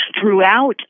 throughout